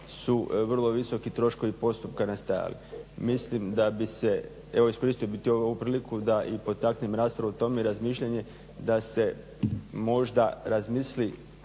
su vrlo visoki troškovi postupka nastajali. Mislim da bi se evo iskoristio bih ovu priliku da potakne i raspravu o tome i razmišljanje da se možda razmisli